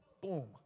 boom